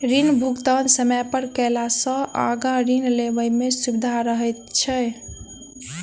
ऋण भुगतान समय पर कयला सॅ आगाँ ऋण लेबय मे सुबिधा रहैत छै